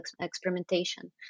experimentation